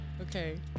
Okay